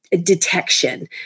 detection